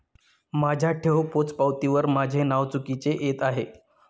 माझ्या ठेव पोचपावतीवर माझे नाव चुकीचे येत आहे